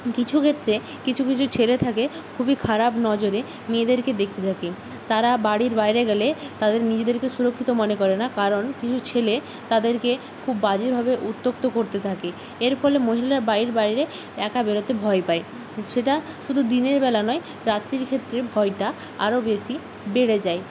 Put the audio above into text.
কিছু ক্ষেত্রে কিছু কিছু ছেলে থাকে খুবই খারাপ নজরে মেয়েদেরকে দেখতে থাকে তারা বাড়ির বাইরে গেলে তাদের নিজেদেরকে সুরক্ষিত মনে করে না কারণ কিছু ছেলে তাদেরকে খুব বাজেভাবে উত্যক্ত করতে থাকে এর ফলে মহিলা বাইর বাইরে একা বেরোতে ভয় পায় সেটা শুধু দিনের বেলা নয় রাত্রির ক্ষেত্রে ভয়টা আরও বেশি বেড়ে যায়